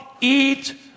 eat